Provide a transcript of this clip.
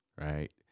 right